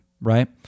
right